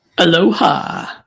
Aloha